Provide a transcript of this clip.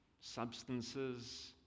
substances